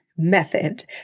method